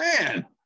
man